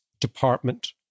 department